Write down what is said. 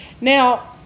Now